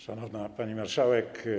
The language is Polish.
Szanowna Pani Marszałek!